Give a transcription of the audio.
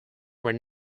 were